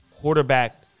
quarterback